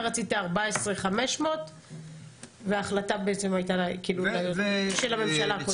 רצית 14,500 וההחלטה בעצם הייתה של הממשלה הקודמת.